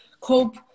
cope